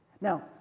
Now